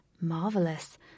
Marvelous